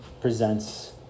presents